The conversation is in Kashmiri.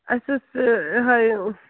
اَسہِ اوس یہِ ہے